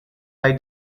eye